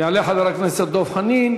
יעלה חבר הכנסת דב חנין.